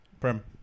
Prem